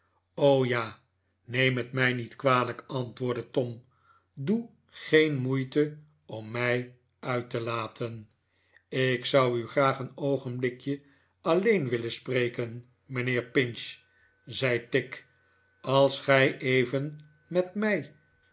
ja neem het mij niet kwalijk antwoordde tom doe geen moeite om mij uit te laten ik zou u graag een oogenblikje alleen willen spreken mijnheer pinch zei tigg als gij even met mij